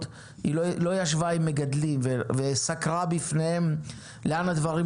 היא לא ישבה עם מגדלים וסקרה בפניהם לאן הדברים